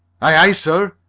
aye, aye, sir!